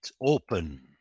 open